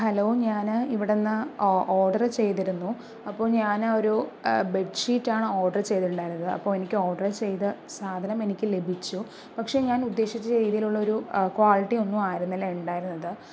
ആ ഹലോ ഞാൻ ഇവിടെനിന്ന് ഓര്ഡർ ചെയ്തിരുന്നു അപ്പോൾ ഞാൻ ഒരു ബെഡ് ഷീറ്റ് ആണ് ഓര്ഡര് ചെയ്തിട്ടുണ്ടായിരുന്നത് അപ്പോൾ എനിക്ക് ഓര്ഡര് ചെയ്ത സാധനം എനിക്ക് ലഭിച്ചു പക്ഷെ ഞാന് ഉദ്ദേശിച്ച രീതിയിലുള്ളൊരു ക്വാളിറ്റി ഒന്നും ആയിരുന്നില്ല ഉണ്ടായിരുന്നത്